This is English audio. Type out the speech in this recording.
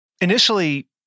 Initially